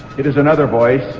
it is another voice